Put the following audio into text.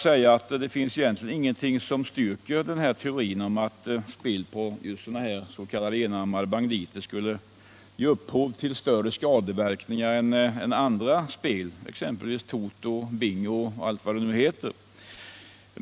Men det finns egentligen ingenting som styrker teorin om att spel på just enarmade banditer skulle ha större skadeverkningar än andra spel, exempelvis toto och bingo.